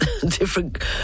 different